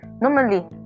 normally